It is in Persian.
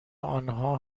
آنها